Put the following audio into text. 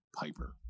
Piper